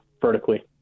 vertically